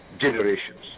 generations